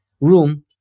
room